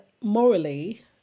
morally